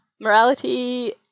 morality